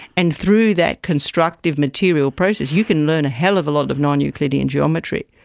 and through that constructive material process you can learn a hell of a lot of non-euclidean geometry.